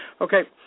Okay